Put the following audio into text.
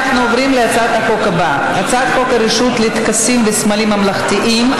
אנחנו עוברים להצעת החוק הבאה: הצעת חוק הרשות לטקסים וסמלים ממלכתיים,